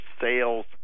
sales